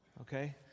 Okay